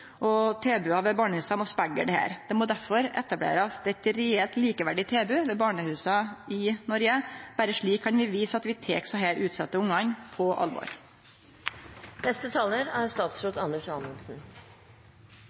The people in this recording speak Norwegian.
ved barnehusa må spegle dette. Det må derfor etablerast eit reelt likeverdig tilbod ved barnehusa i Noreg. Berre slik kan vi vise at vi tek desse utsette ungane på